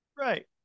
Right